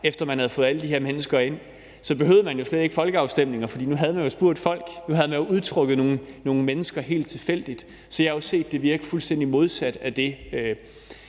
efter at man havde fået alle de her mennesker ind, så behøvede man jo slet ikke folkeafstemninger, for nu havde man jo spurgt folk; nu havde man jo udtrukket nogle mennesker helt tilfældigt. Så jeg har jo set det virke fuldstændig modsat af det,